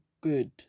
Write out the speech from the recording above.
good